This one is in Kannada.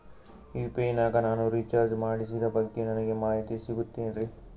ಯು.ಪಿ.ಐ ನಾಗ ನಾನು ರಿಚಾರ್ಜ್ ಮಾಡಿಸಿದ ಬಗ್ಗೆ ನನಗೆ ಮಾಹಿತಿ ಸಿಗುತೇನ್ರೀ?